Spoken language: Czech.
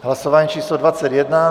Hlasování číslo 21.